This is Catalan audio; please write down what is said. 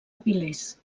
avilés